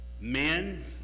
men